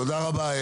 תודה רבה,